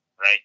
right